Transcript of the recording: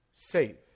Save